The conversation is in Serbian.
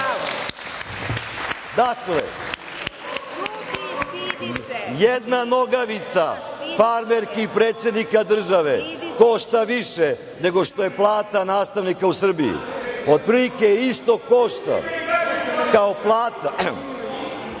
Srbiji? Jedna nogavica farmerki predsednika države košta više nego što je plata nastavnika u Srbiji. Otprilike isto košta kao plata